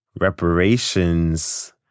reparations